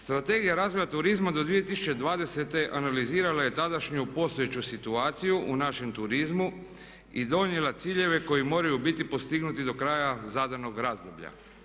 Strategija razvoja turizma do 2020.analizirala je tadašnju postojeću situaciju u našem turizmu i donijela ciljeve koji moraju biti postignuti do kraja zadanog razdoblja.